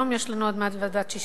היום יש לנו עוד מעט ועדת-ששינסקי